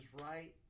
right